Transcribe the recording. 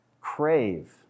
crave